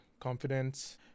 confidence